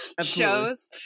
shows